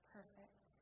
Perfect